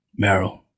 Meryl